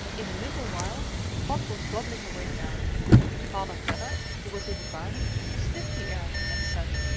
in a little while the pot was bubbling away merrily and father vedder, who was in the garden, sniffed the air and said,